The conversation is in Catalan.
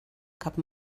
cap